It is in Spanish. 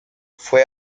fue